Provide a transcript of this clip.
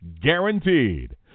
guaranteed